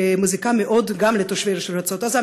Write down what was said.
מזיקה מאוד גם לתושבי רצועת עזה,